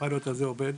הפיילוט הזה עובד.